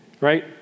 right